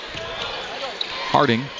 Harding